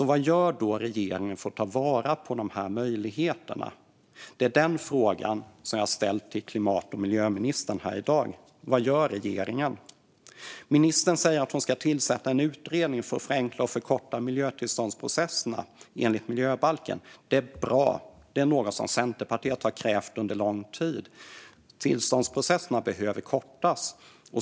Vad gör regeringen för att ta vara på dessa möjligheter? Det är denna fråga jag har ställt till klimat och miljöministern här i dag. Vad gör regeringen? Ministern säger att hon ska tillsätta en utredning för att förenkla och förkorta miljötillståndsprocesserna enligt miljöbalken. Det är bra. Detta är något som Centerpartiet har krävt under lång tid. Tillståndsprocesserna behöver kortas.